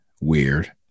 weird